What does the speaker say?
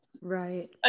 Right